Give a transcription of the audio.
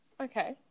Okay